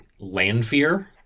Landfear